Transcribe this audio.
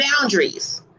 boundaries